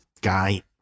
guy